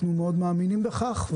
אנחנו מאמינים מאוד בכך,